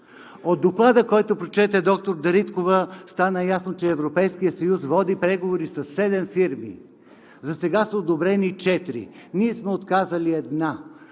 От Доклада, който прочете доктор Дариткова, стана ясно, че Европейският съюз води преговори със седем фирми – засега са одобрени 4, ние сме отказали една.